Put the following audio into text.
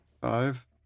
Five